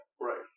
Right